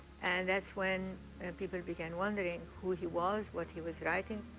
and that's when people began wondering who he was, what he was writing.